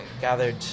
gathered